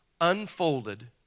unfolded